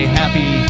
happy